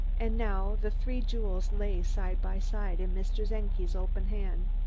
and now the three jewels lay side by side in mr. czenki's open hand,